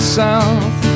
south